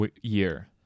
year